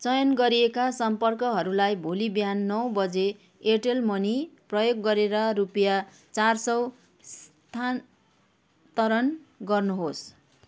चयन गरिएका सम्पर्कहरूलाई भोलि बिहान नौ बजी एयरटेल मनी प्रयोग गरेर रुपियाँ चार सौ स्थानान्तरण गर्नुहोस्